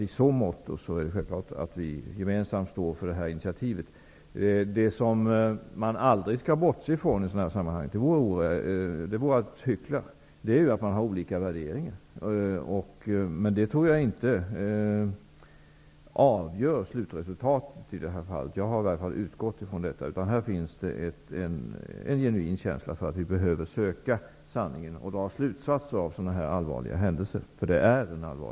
I så måtto är det självklart att vi gemensamt står för det här initiativet. I sådana här sammanhang kan man dock aldrig bortse ifrån -- det vore oärligt och detsamma som att hyckla -- att man har olika värderingar. Men det tror jag inte avgör slutresultatet i det här fallet. Jag har i alla fall utgått från det. Här finns det en genuin känsla för att vi bör söka sanningen och dra slutsatser av sådana här allvarliga händelser.